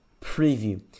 preview